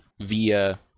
via